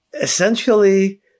essentially